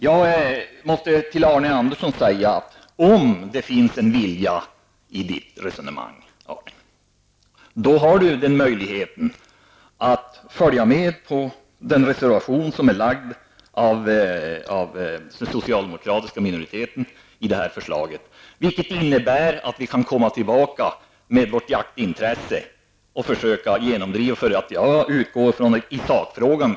Till Arne Andersson i Ljung vill jag säga att om det finns en vilja har han möjligheten att stödja den reservation som den socialdemokratiska minoriteten har avgivit i det här ärendet, vilket innebär att vi kan komma tillbaka med vårt jaktintresse och försöka genomdriva det vi är ense om i sakfrågan.